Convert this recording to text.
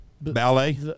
Ballet